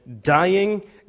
dying